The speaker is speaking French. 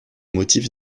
motifs